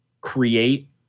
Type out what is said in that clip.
create